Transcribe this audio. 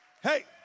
Hey